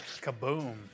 Kaboom